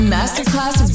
Masterclass